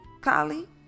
Kali